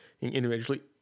individually